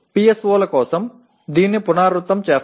எல்லா PO களுக்கும் PSO களுக்கும் இதை மீண்டும் செய்ய வேண்டும்